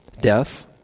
death